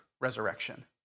resurrection